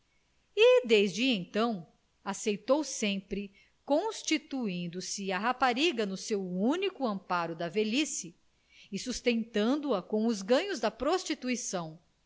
desde então aceitou sempre constituindo se a rapariga no seu único amparo da velhice e sustentando a com os ganhos da prostituição